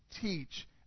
teach